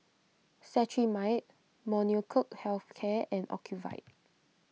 Cetrimide Molnylcoke Health Care and Ocuvite